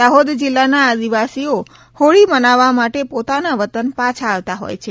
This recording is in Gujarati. દાહોદ જિલ્લાના આદિવાસીઓ હોળી મનાવવા માટે પોતાના વતન પાછા આવતા હોય છે